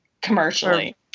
commercially